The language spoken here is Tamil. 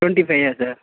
twenty five sir